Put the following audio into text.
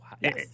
Yes